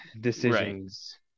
Decisions